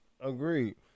Agreed